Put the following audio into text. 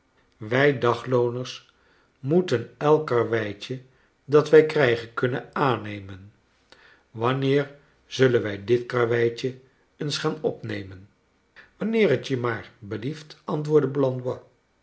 wij daglooners moeten elk karweitje dat wij krijgen kunnen aannemen wanneer zullen wij dit karweitje eens gaan opnemen wanneer het je maar belief t antwoordde blandois